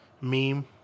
Meme